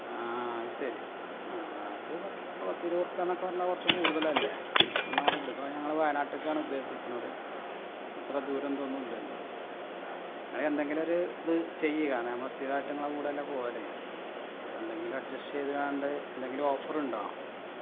ആ അത് ശരി അത് പത്ത് പത്തിരുപത് ഉറ്പ്പിയ എന്നൊക്കെ പറഞ്ഞാൽ കുറച്ച് കൂടുതലല്ലേ നമ്മളിപ്പം വയനാട്ടിലേക്കാണ് ഉദ്ദേശിക്കുന്നത് അത്ര ദൂരം ഇതൊന്നുമില്ലല്ലോ നിങ്ങൾ എന്തെങ്കിലും ഒരു ഇത് ചെയ്യു കാരണം നമ്മൾ സ്ഥിരമായിട്ട് നിങ്ങളുടെ കൂടെയല്ലേ പോവൽ അപ്പോൾ എന്തെങ്കിലും അഡ്ജസ്റ്റ് ചെയ്താരാണ്ട് എന്തെങ്കിലും ഓഫറുണ്ടോ